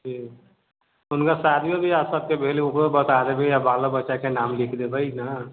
जी हुनका शादियो ब्याह सबके भेले ओहो बताय देबै आर बाल बच्चाके नाम लिखि देबै ने